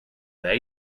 the